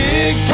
Big